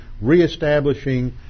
reestablishing